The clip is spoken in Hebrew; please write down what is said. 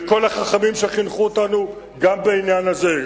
זה לכל החכמים שחינכו אותנו גם בעניין הזה.